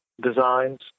designs